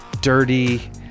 dirty